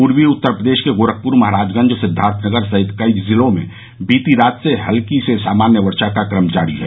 पूर्वी उत्तर प्रदेश के गोरखपुर महराजगंज सिद्वार्थनगर सहित कई जिलों में बीती रात से हल्की से सामान्य वर्षा का क्रम जारी है